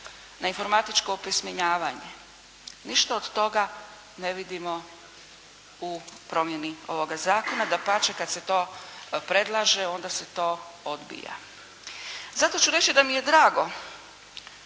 Na informatičko opismenjavanje? Ništa od toga ne vidimo u promjeni ovoga zakona. Dapače kad se to predlaže onda se to odbija. Zato ću reći da mi je drago